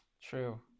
True